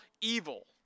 evil